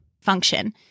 function